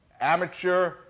amateur